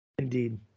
Indeed